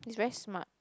he's very smart